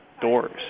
doors